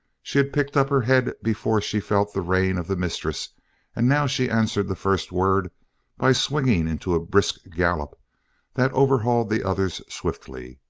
she had picked up her head before she felt the rein of the mistress and now she answered the first word by swinging into a brisk gallop that overhauled the others swiftly.